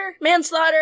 manslaughter